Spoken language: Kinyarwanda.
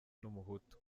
n’umuhutu